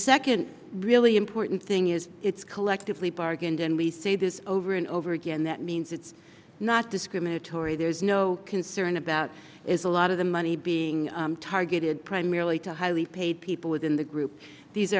second really important thing is it's collectively bargained and we say this over and over again that means it's not discriminatory there's no concern about is a lot of the money being targeted primarily to highly paid people within the group these